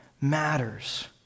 matters